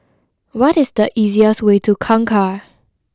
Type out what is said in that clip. what is the easiest way to Kangkar